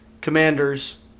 Commanders